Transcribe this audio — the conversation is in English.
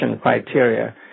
criteria